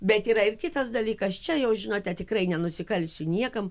bet yra ir kitas dalykas čia jau žinote tikrai nenusikalsiu niekam